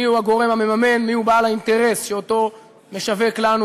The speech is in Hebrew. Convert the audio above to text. מיהו הגורם המממן ומיהו בעל האינטרס שאותו משווק לנו